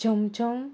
छमछम